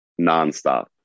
nonstop